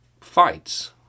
fights